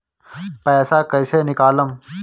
पैसा कैसे निकालम?